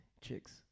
chicks